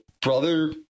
brother